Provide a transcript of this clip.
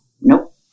Nope